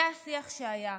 זה השיח שהיה.